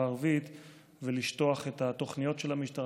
הערבית ולשטוח את התוכניות של המשטרה,